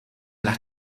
las